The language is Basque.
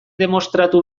demostratu